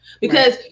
because-